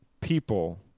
people